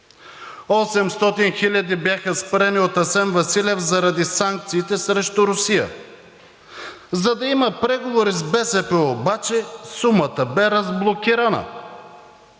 800 хиляди бяха спрени от Асен Василев заради санкциите срещу Русия, за да има преговори с БСП обаче, сумата бе разблокирана.